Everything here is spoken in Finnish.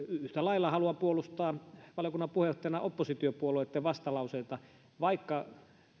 yhtä lailla haluan puolustaa valiokunnan puheenjohtajana oppositiopuolueitten vastalauseita vaikka